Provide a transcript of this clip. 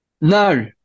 No